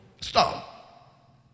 stop